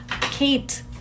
kate